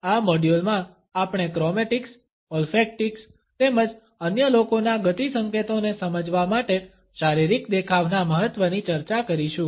આ મોડ્યુલમાં આપણે ક્રોમેટિક્સ ઓલ્ફેક્ટિક્સ તેમજ અન્ય લોકોના ગતિ સંકેતોને સમજવા માટે શારીરિક દેખાવના મહત્વની ચર્ચા કરીશું